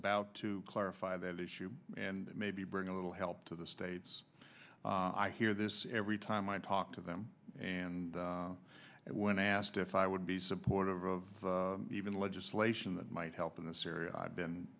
about to clarify that issue and maybe bring a little help to the states i hear this every time i talk to them and when asked if i would be supportive of even legislation that might help in this area i've